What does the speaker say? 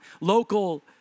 local